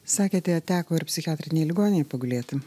sakėte teko ir psichiatrinėj ligoninėj pagulėti